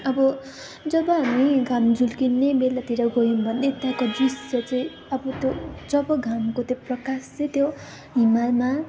अब जब हामी घाम झुल्किने बेलातिर गयौँ भने त्यहाँको दृश्य चाहिँ अब त्यो जब घामको त्यो प्रकाश चाहिँ त्यो हिमालमा